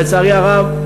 אבל לצערי הרב,